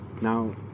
Now